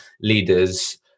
leaders